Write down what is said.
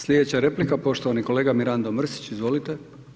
Slijedeća replika, poštovani kolega Mirando Mrsić, izvolite.